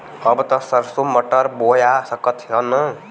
अब त सरसो मटर बोआय सकत ह न?